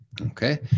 Okay